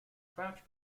crouch